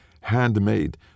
handmade